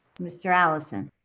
mr. allison?